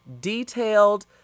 detailed